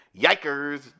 Yikers